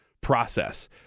process